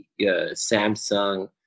Samsung